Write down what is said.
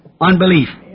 Unbelief